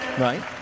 Right